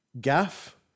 Gaff